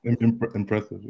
Impressive